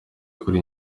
kuri